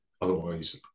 Otherwise